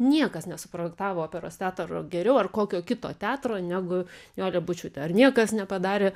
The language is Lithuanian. niekas nesuprojektavo operos teatro geriau ar kokio kito teatro negu nijolė bučiūtė ar niekas nepadarė